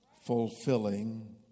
Fulfilling